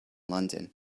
london